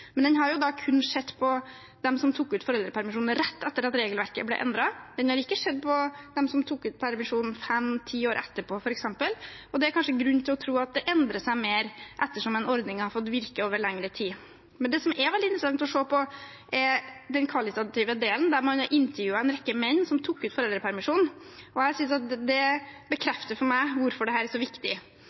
Men man har kun sett på dem som tok ut foreldrepermisjon rett etter at regelverket ble endret. Man har ikke sett på dem som f.eks. tok ut permisjon fem–ti år etterpå. Det er kanskje grunn til å tro at dette endrer seg mer når ordningen har fått virke over lengre tid. Men det er veldig interessant å se på den kvalitative delen, der man har intervjuet en rekke menn som tok ut foreldrepermisjon. Jeg synes det bekrefter hvorfor dette er så viktig.